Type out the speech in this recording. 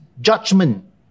judgment